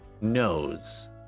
Knows